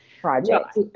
project